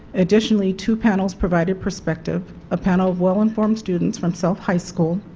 additionally two panels provided perspective. a panel of well-informed students from south high school,